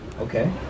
Okay